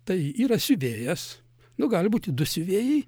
tai yra siuvėjas nu gali būti du siuvėjai